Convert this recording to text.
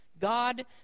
God